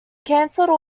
cancelled